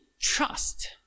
trust